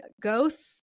ghosts